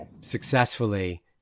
successfully